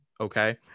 Okay